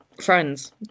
friends